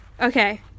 Okay